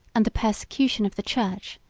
and the persecution of the church,